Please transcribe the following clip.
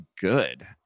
good